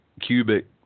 cubic